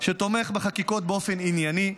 שתומך בחקיקות באופן ענייני,